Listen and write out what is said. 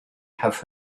have